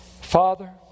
Father